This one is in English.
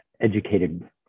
educated